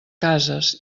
cases